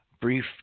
brief